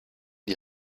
die